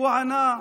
הוא ענה: